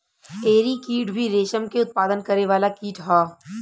एरी कीट भी रेशम के उत्पादन करे वाला कीट ह